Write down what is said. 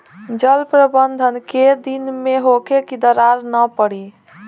जल प्रबंधन केय दिन में होखे कि दरार न पड़ी?